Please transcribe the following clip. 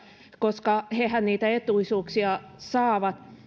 koska hehän niitä etuisuuksia saavat